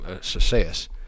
success